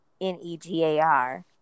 N-E-G-A-R